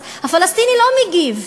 אז הפלסטיני לא מגיב,